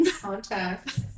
contact